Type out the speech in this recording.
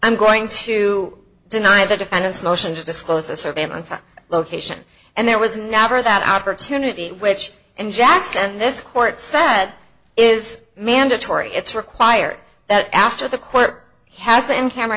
i'm going to deny the defendant's motion to disclose the surveillance on location and there was never that opportunity which in jackson and this court said is mandatory it's required that after the court have to in camera